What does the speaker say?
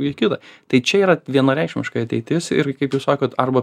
į kitą tai čia yra vienareikšmiškai ateitis ir kaip jūs sakot arba